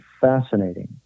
fascinating